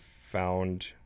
found